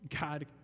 God